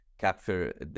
capture